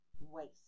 waste